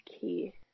key